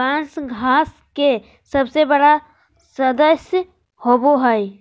बाँस घास के सबसे बड़ा सदस्य होबो हइ